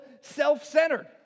self-centered